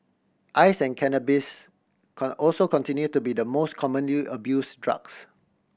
ice and cannabis can also continue to be the most commonly abuse drugs